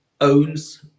owns